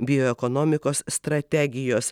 bioekonomikos strategijos